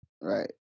Right